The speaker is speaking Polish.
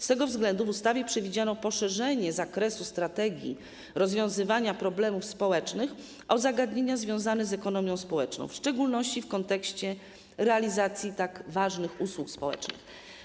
Z tego względu w ustawie przewidziano poszerzenie zakresu strategii rozwiązywania problemów społecznych o zagadnienia związane z ekonomią społeczną, w szczególności w kontekście realizacji tak ważnych usług społecznych.